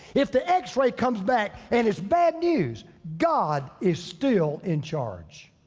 if the x ray comes back, and it's bad news, god is still in charge.